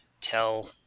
tell